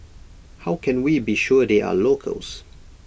how can we be sure they are locals